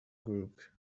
group